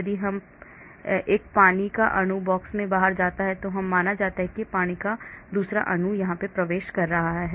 यदि हम एक पानी का अणु इस बॉक्स से बाहर जाता है तो यह माना जाता है कि एक और पानी का अणु प्रवेश करेगा